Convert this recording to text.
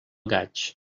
gaig